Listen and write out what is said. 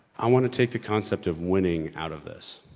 i want to take the concept of winning out of this.